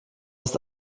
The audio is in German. ist